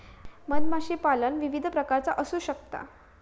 मधमाशीपालन विविध प्रकारचा असू शकता